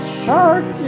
shark